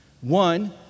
One